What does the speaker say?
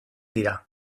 dira